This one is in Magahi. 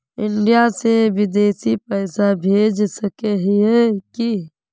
इंडिया से बिदेश पैसा भेज सके है की?